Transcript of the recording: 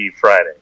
Friday